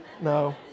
No